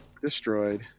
Destroyed